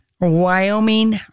Wyoming